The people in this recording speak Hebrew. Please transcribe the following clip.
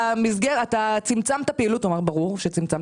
אתה צמצמת פעילות והרי ברור שהוא צמצם